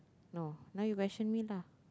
no now you question me lah